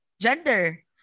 gender